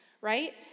right